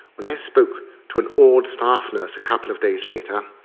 when i spoke to an awed staff-nurse a couple of days later,